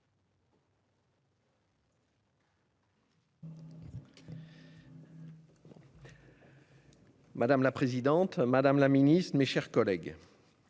Madame la présidente, monsieur le ministre, mes chers collègues-